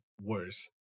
worse